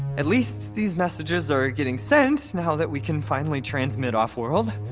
at least these messages are getting sent, now that we can finally transmit off-world.